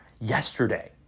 yesterday